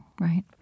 right